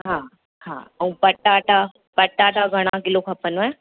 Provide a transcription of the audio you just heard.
हा हा ऐं पटाटा पटाटा घणा किलो खपनिव